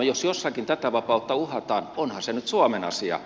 jos jossakin tätä vapautta uhataan onhan se nyt suomen asia